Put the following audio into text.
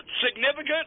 Significant